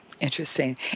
Interesting